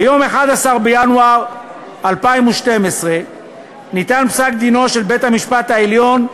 ביום 11 בינואר 2012 ניתן פסק-דינו של בית-המשפט העליון,